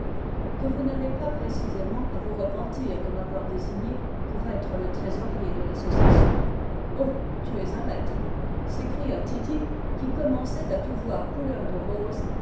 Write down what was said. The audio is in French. que vous n'avez pas pré cisément à vous repentir de m'avoir désigné pour être le trésorier de l'association oh tu es un maître s'écria titik qui commençait à tout voir couleur de rose